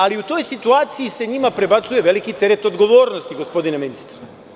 Ali, u toj situaciji se njima prebacuje veliki teret odgovornosti gospodine ministre.